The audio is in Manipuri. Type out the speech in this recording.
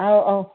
ꯑꯧ ꯑꯧ